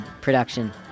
production